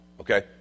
Okay